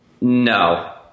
No